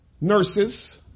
nurses